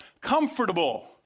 comfortable